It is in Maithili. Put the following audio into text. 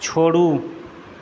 छोड़ू